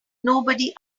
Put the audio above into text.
nobody